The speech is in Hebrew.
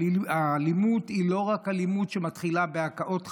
אלימות היא לא רק אלימות שמתחילה בהכאות,